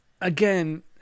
Again